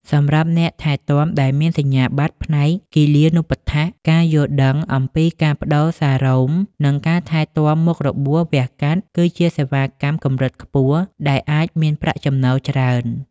សម្រាប់អ្នកថែទាំដែលមានសញ្ញាបត្រផ្នែកគិលានុប្បដ្ឋាក ការយល់ដឹងអំពីការប្តូរសារ៉ូម និងការថែទាំមុខរបួសវះកាត់ គឺជាសេវាកម្មកម្រិតខ្ពស់ដែលអាចមានប្រាក់់ចំណូលច្រើន។